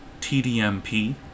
TDMP